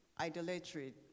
idolatry